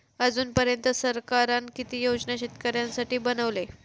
अजून पर्यंत सरकारान किती योजना शेतकऱ्यांसाठी बनवले?